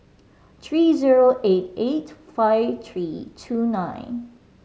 three zero eight eight five three two nine